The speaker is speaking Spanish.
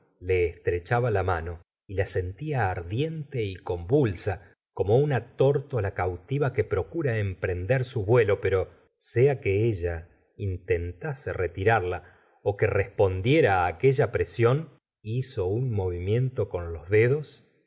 le estrechaba la mano y la sentía ardiente y convulsa como una tórtola cautiva que procura emprender su vuelo pero sea que ella intentase retirarla ó que respondiera aquella presión hizo un movimiento con los dedos